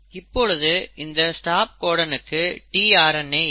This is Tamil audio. இப்பொழுது இந்த ஸ்டாப் கோடனுக்கு tRNA இல்லை